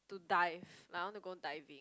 dive like I want to go diving